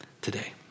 today